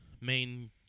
main